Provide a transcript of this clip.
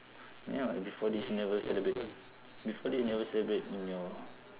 you mean what before this never celebrate before this you never celebrate in your